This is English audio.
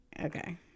Okay